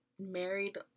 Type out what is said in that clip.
married